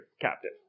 captive